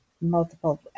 multiple